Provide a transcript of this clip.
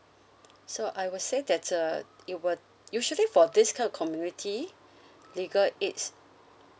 so I would say that uh it will usually for this kind of community legal aids